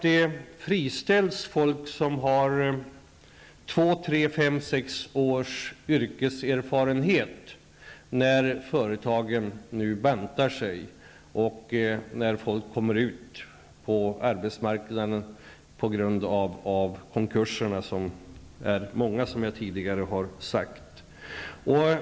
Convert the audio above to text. Jo, det beror på att folk som har två, tre, fem eller sex års yrkeserfarenhet friställs när företagen nu bantas och att folk kommer ut på arbetsmarknaden på grund av konkurserna, som är många, som jag tidigare har sagt.